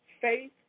faith